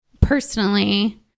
personally